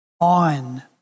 on